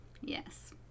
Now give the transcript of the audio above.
Yes